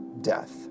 death